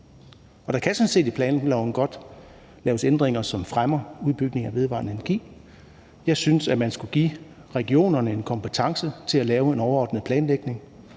der kan sådan set godt laves ændringer i planloven, som fremmer udbygningen af vedvarende energi. Jeg synes, man skulle give regionerne en kompetence til at lave en overordnet planlægning,